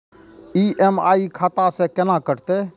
EMI खाता से केना कटते?